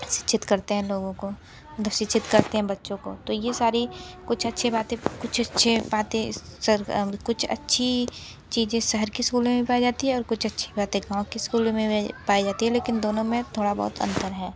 शिक्षित करते हैं लोगों को तो शिक्षित करते हैं बच्चों को तो ये सारी कुछ अच्छी बातें कुछ अच्छी बातें कुछ अच्छी चीज़ें शेहर के स्कूल में भी पाई जाती है और कुछ अच्छी बातें गाँव के स्कूल पाई जाती है लेकिन दोनों में थोड़ा बहुत अंतर है